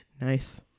Nice